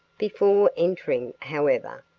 before entering, however,